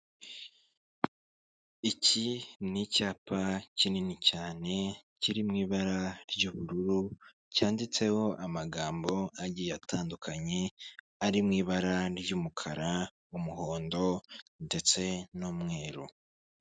Iki n'icyapa kinini cyane kiri mu ibara ry'ubururu cyanditseho amagambo agiye atandukanye, ari mu ibara ry'umukara, umuhondo ndetse n'umweru.